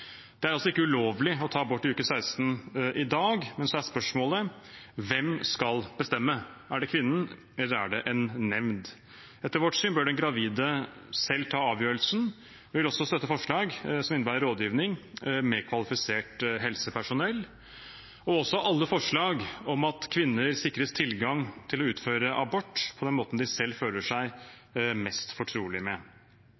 Det er altså ikke ulovlig å ta abort i uke 16 i dag, men så er spørsmålet: Hvem skal bestemme, er det kvinnen eller er det en nemnd? Etter vårt syn bør den gravide selv ta avgjørelsen. Vi vil også støtte forslag som innebærer rådgivning med kvalifisert helsepersonell, og også alle forslag om at kvinner sikres tilgang til å utføre abort på den måten de selv føler seg